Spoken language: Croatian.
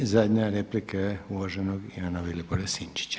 I zadnja replika je uvaženog Ivana Vilibora Sinčića.